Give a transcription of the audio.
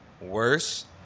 worse